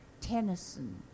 Tennyson